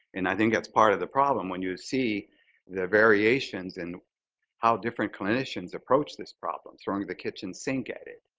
and i think that's part of the problem when you see the variations and how different clinicians approach this problem, throwing the kitchen sink at it,